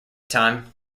time